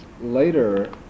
later